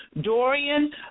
Dorian